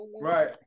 right